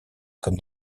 comme